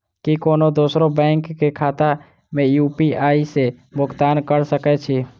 की कोनो दोसरो बैंक कऽ खाता मे यु.पी.आई सऽ भुगतान कऽ सकय छी?